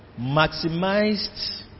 maximized